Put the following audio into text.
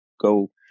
go